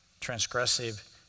transgressive